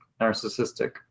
narcissistic